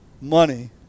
money